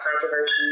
controversy